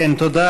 תודה.